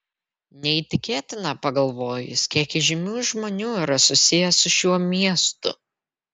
neįtikėtina pagalvojus kiek įžymių žmonių yra susiję su šiuo miestu